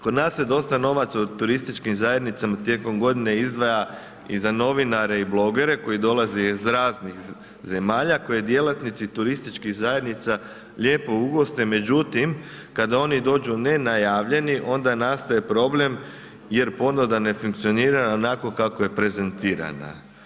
Kod nas se dosta novaca u turističkim zajednicama tijekom godine izdvaja i za novinare i blogere koji dolaze iz raznih zemalja koje djelatnici turističkih zajednica lijepo ugoste međutim kada oni dođu nenajavljeni onda nastaje problem jer ponuda ne funkcionira onako kako je prezentirana.